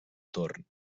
torn